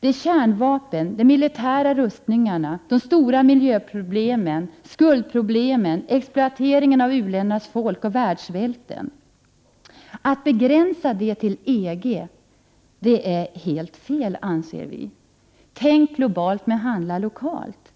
Det är fråga om kärnvapen, militära rustningar, de stora miljöproblemen, skuldproblemen, exploateringen av u-ländernas folk och världssvälten. Vi i miljöpartiet anser att det är helt fel att begränsa dessa frågor till EG. Tänk globalt, men handla lokalt!